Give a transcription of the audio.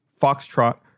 foxtrot